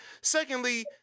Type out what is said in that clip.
Secondly